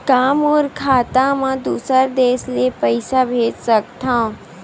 का मोर खाता म दूसरा देश ले पईसा भेज सकथव?